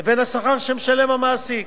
לבין השכר שמשלם המעסיק.